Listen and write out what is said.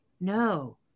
no